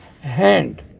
hand